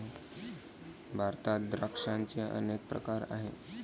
भारतात द्राक्षांचे अनेक प्रकार आहेत